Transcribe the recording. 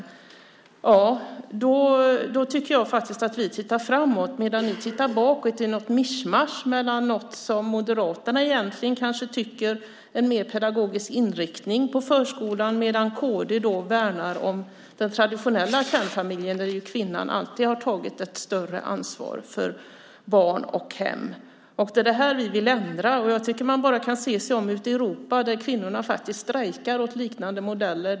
Med tanke på detta tycker jag att vi tittar framåt medan ni tittar bakåt i något mischmasch. Det består av något som Moderaterna egentligen kanske vill ha - en mer pedagogisk inriktning på förskolan - och det som Kristdemokraterna värnar, nämligen den traditionella kärnfamiljen där kvinnan alltid har tagit ett större ansvar för barn och hem. Det är det här vi vill ändra. Man kan bara se sig om ute i Europa, där kvinnorna strejkar i protest mot liknande modeller.